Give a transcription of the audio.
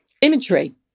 imagery